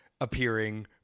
appearing